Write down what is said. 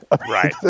Right